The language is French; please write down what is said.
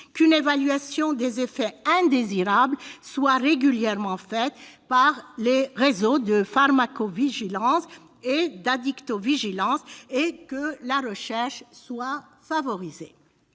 qu'une évaluation des effets indésirables soit régulièrement faite par les réseaux de pharmacovigilance et d'addictovigilance et pour que la recherche soit favorisée.